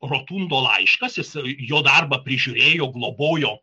rotundo laiškas jis jo darbą prižiūrėjo globojo